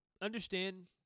understand